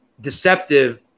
deceptive